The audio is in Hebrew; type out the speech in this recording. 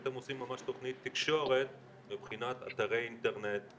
אתם עושים ממש תוכנית תקשורת מבחינת אתרי אינטרנט,